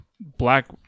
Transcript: black